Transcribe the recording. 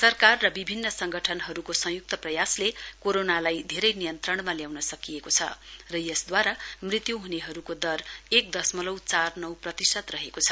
सरकार र विभिन्न संगठनहरूको संय्क्त प्रयासले कोरोनालाई धेरै नियन्त्रणमा लयाउन सकिएको छ र यसद्वारा मृत्यु हुनेहरूको दर एक मशमलव चार नौ प्रतिशत रहेको छ